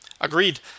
Agreed